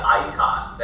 icon